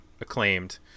acclaimed